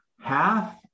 half